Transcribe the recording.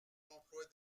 l’emploi